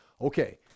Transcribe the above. Okay